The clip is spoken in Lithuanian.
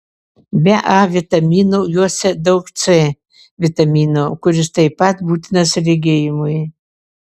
be a vitamino juose daug c vitamino kuris taip pat būtinas regėjimui